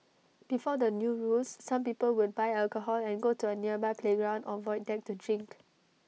before the new rules some people would buy alcohol and go to A nearby playground or void deck to drink